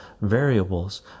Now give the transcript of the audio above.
variables